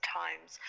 times